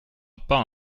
pas